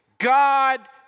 God